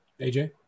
AJ